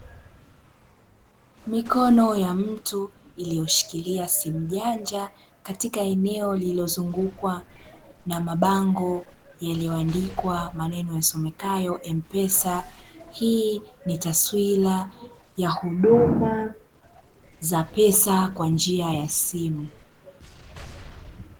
Mikono ya mtu iliyoshikilis simu janja katika eneo lililozungukwa na mabango yaliyoandikwa maneno yasomekayo "MPESA", hii ni taswira ya huduma za pesa kwa njia ya simu.